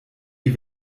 die